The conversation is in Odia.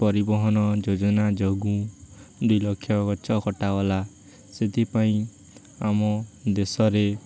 ପରିବହନ ଯୋଜନା ଯୋଗୁଁ ଦୁଇଲକ୍ଷ ଗଛ ଖଟାାଗଲା ସେଥିପାଇଁ ଆମ ଦେଶରେ